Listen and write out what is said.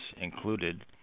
included